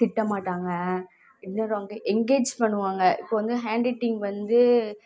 திட்டமாட்டாங்கள் என்ன என்கேஜ் பண்ணுவாங்கள் இப்போ வந்து ஹேண்ட் ரைட்டிங் வந்து